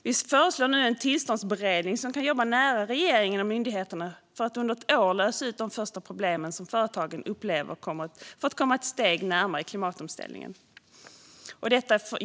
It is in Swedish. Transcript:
Vi föreslår nu en tillståndsberedning som kan jobba nära regeringen och myndigheterna för att under ett år lösa de största problemen som företagen upplever och komma ett steg längre i klimatomställningen.